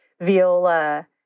viola